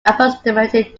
approximately